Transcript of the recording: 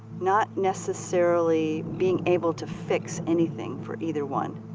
not necessarily being able to fix anything for either one.